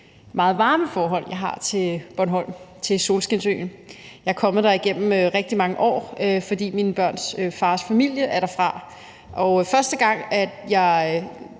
meget varme forhold, jeg har til Bornholm, til Solskinsøen. Jeg er kommet der igennem rigtig mange år, fordi mine børns fars familie er derfra. Første gang jeg